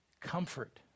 comfort